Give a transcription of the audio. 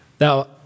Now